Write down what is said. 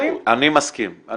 זה --- אני מסכים,